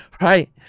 Right